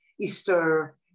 Easter